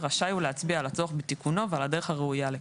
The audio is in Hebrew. רשאי הוא להצביע על הצורך בתיקונו ועל הדרך הראויה לכך.